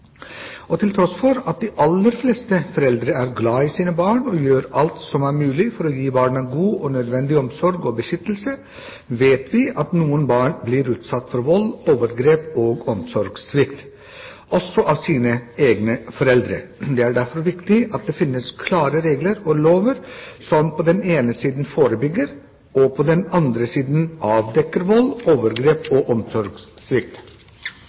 Til tross for at de aller fleste foreldre er glad i sine barn og gjør alt som er mulig for å gi barna god og nødvendig omsorg og beskyttelse, vet vi at noen barn blir utsatt for vold, overgrep og omsorgssvikt, også av sine egne foreldre. Det er derfor viktig at det finnes klare regler og lover som på den ene siden forebygger og på den andre siden avdekker vold, overgrep og omsorgssvikt.